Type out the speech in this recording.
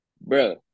bro